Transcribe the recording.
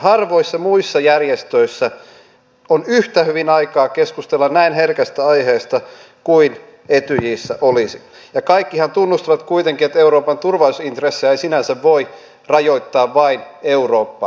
harvoissa muissa järjestöissä on yhtä hyvin aikaa keskustella näin herkästä aiheesta kuin etyjissä olisi ja kaikkihan tunnustavat kuitenkin että euroopan turvallisuusintressejä ei sinänsä voi rajoittaa vain eurooppaan